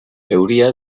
euria